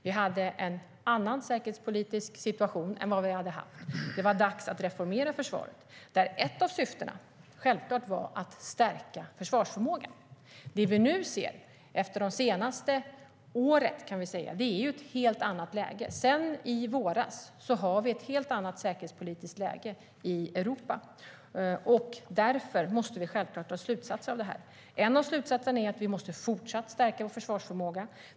Vi hade en annan säkerhetspolitisk situation jämfört med vad vi hade haft tidigare. Det var dags att reformera försvaret. Ett av syftena var självfallet att stärka försvarsförmågan. Under det senaste året har vi fått ett annat läge. Sedan i våras har vi ett helt annat säkerhetspolitiskt läge i Europa, och det måste vi givetvis dra slutsatser av. En av slutsatserna är att vi fortsatt måste stärka vår försvarsförmåga.